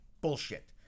Bullshit